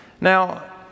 Now